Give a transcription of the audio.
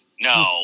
No